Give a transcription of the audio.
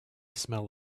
smell